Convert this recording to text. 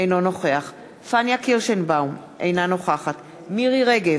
אינו נוכח פניה קירשנבאום, אינה נוכחת מירי רגב,